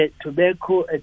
tobacco